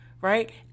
right